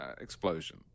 explosion